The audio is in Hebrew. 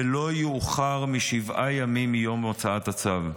ולא יאוחר משבעה ימים מיום הוצאת הצו.